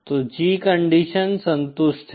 तो G condition संतुष्ट है